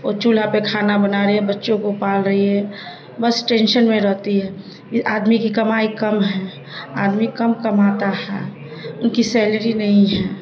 وہ چولہا پہ کھانا بنا رہی ہے بچوں کو پال رہی ہے بس ٹینشن میں رہتی ہے آدمی کی کمائی کم ہے آدمی کم کماتا ہے ان کی سیلری نہیں ہے